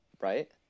Right